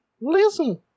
listen